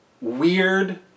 weird